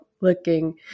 looking